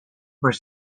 were